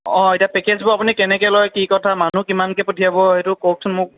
অঁ এতিয়া পেকেজবোৰ আপুনি কেনেকৈ লয় কি কথা মানুহ কিমানকৈ পঠিয়াব সেইটো কওকচোন মোক